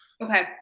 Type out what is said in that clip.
Okay